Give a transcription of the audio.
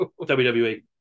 WWE